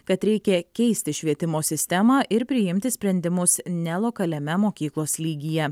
kad reikia keisti švietimo sistemą ir priimti sprendimus ne lokaliame mokyklos lygyje